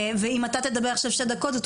ואם אתה תדבר עכשיו שתי דקות,